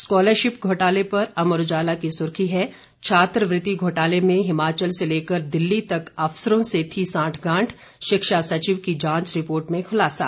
scholarship घोटाले पर अमर उजाला की सुर्खी है छात्रवृति घोटाले में हिमाचल से लेकर दिल्ली तक अफसरों से थी सांठगांठ शिक्षा सचिव की जांच रिपोर्ट में खुलासा